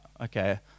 okay